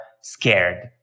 scared